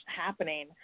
happening